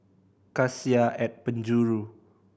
Cassia at Penjuru